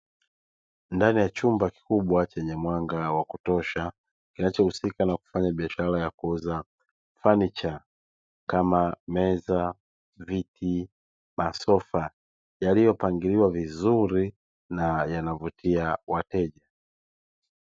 Ndani ya chumba kikubwa chenye mwanga wa kutosha, kinachohusika na kufanya biashara ya kuuza fanicha kama: meza, viti masofa yaliyopangiliwa vizuri na yanavutia wateja.